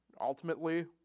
ultimately